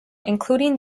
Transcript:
including